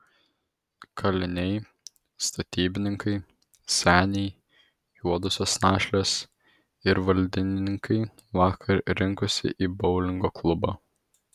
kaliniai statybininkai seniai juodosios našlės ir valdininkai vakar rinkosi į boulingo klubą